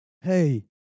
hey